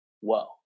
Whoa